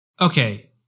Okay